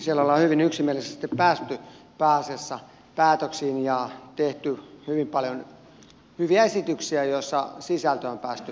siellä ollaan hyvin yksimielisesti päästy pääasiassa päätöksiin ja tehty hyvin paljon hyviä esityksiä joissa sisältöä on päästy korjaamaan